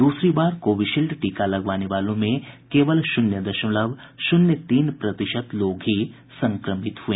दूसरी बार कोविशील्ड टीका लगवाने वालों में केवल शून्य दशमलव शून्य तीन प्रतिशत लोग ही संक्रमित हुए